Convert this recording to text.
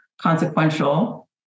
consequential